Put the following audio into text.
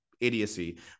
idiocy